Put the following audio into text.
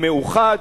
במאוחד,